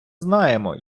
знаємо